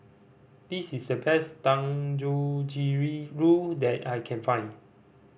this is the best Dangojiriru that I can find